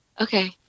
Okay